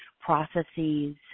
processes